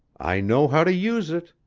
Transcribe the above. i know how to use it,